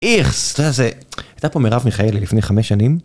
איכס, אתה יודע זה, את יודעת מה מירב מיכאלי לפני חמש שנים?